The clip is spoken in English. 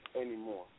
anymore